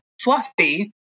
fluffy